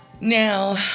now